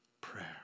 prayer